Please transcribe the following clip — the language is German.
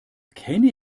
kenne